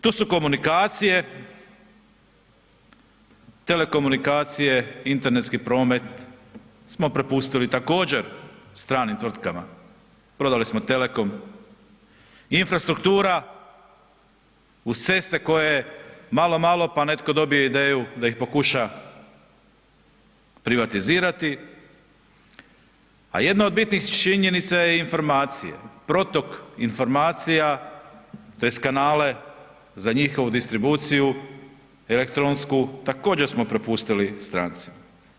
Tu su komunikacije, telekomunikacije, internetski promet smo prepustili također stranim tvrtkama, prodali smo Telekom, infrastruktura uz ceste koje malo, malo, pa netko dobije ideju da ih pokuša privatizirati, a jedna od bitnih činjenica je informacije, protok informacija tj. kanale za njihovu distribuciju elektronsku, također smo prepustili strancima.